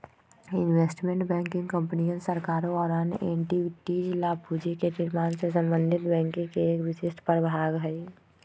investment banking कंपनियन, सरकारों और अन्य एंटिटीज ला पूंजी के निर्माण से संबंधित बैंकिंग के एक विशिष्ट प्रभाग हई